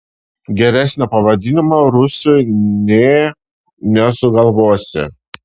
geresnio pavadinimo rūsiui nė nesugalvosi